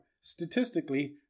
statistically